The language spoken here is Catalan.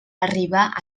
arribar